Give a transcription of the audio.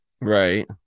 right